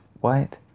white